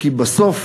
כי בסוף